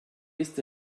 ist